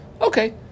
Okay